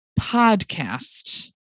podcast